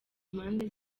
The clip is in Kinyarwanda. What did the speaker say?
mpande